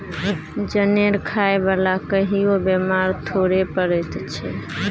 जनेर खाय बला कहियो बेमार थोड़े पड़ैत छै